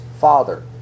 father